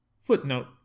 Footnote